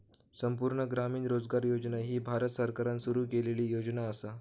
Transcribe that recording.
संपूर्ण ग्रामीण रोजगार योजना ही भारत सरकारान सुरू केलेली योजना असा